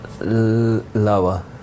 Lower